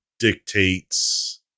dictates